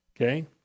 okay